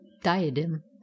diadem